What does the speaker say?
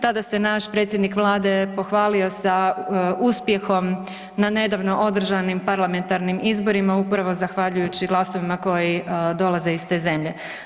Tada se naš predsjednik Vlade pohvalio sa uspjehom na nedavno održani parlamentarnim izborima upravo zahvaljujući glasovima koji dolaze iz te zemlje.